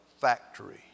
factory